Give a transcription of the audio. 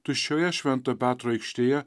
tuščioje švento petro aikštėje